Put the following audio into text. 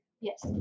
Yes